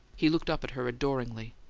he looked up at her adoringly.